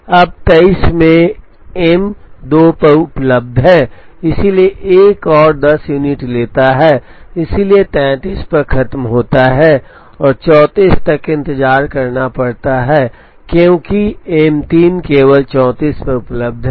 अब 23 में M 2 उपलब्ध है इसलिए एक और 10 यूनिट लेता है इसलिए 33 पर खत्म होता है और 34 तक इंतजार करना पड़ता है क्योंकि एम 3 केवल 34 पर उपलब्ध है